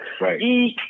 Right